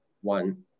one